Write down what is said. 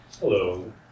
Hello